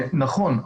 נכון,